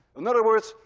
in other words,